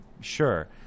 sure